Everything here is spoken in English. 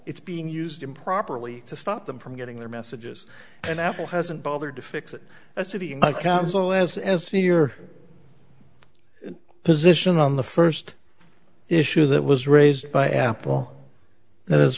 it's being used improperly to stop them from getting their messages and apple hasn't bothered to fix it as of the in my council as as to your position on the first issue that was raised by apple that is